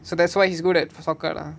so that's why he's good at soccer lah